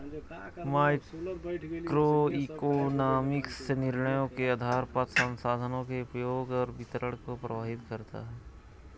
microeconomics निर्णयों के आधार पर संसाधनों के उपयोग और वितरण को प्रभावित करता है